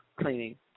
cleaning